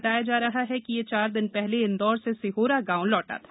बताया जा रहा है कि ये चार दिन पहले इंदौर से सिहोरा गांव लौटा था